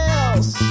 else